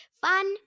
Fun